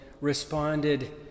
responded